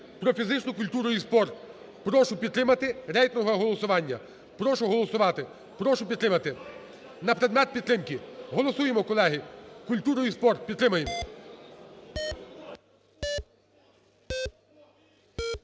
про фізичну культуру і спорт прошу підтримати, рейтингове голосування. Прошу голосувати, прошу підтримати. На предмет підтримки голосуємо, колеги. Культуру і спорт підтримаємо.